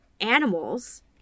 animals